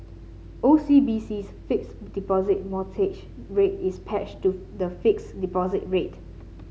O C B C's Fixed Deposit Rate is to the fixed deposit rate